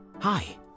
Hi